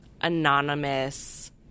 anonymous